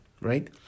right